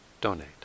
donate